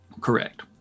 Correct